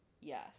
Yes